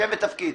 שם ותפקיד.